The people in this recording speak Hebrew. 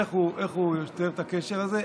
איך הוא יוצר את הקשר הזה,